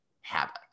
habit